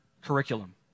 curriculum